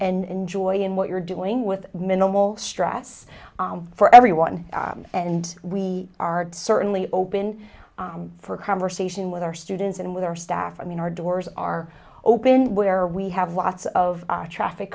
enjoying what you're doing with minimal stress for everyone and we are certainly open for conversation with our students and with our staff i mean our doors are open where we have lots of traffic